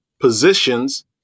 Positions